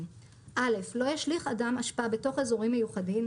6. (א) לא ישליך אדם אשפה בתוך אזורים מיוחדים,